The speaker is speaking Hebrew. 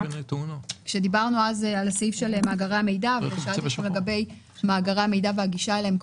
כשדיברנו על סעיף מאגרי המידע ושאלתי לגבי מאגרי המידע והגישה אליהם,